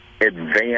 advance